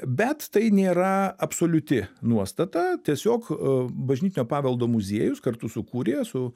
bet tai nėra absoliuti nuostata tiesiog bažnytinio paveldo muziejus kartu su kurija su